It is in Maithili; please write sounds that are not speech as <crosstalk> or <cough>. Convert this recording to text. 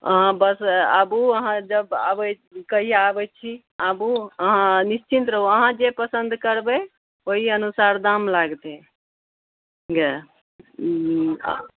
अहाँ बस आबु अहाँ जबै कहिया आबै छी आबू अहाँ निश्चिन्त रहू अहाँ जे पसन्द करबै ओहि अनुसार दाम लागतै <unintelligible>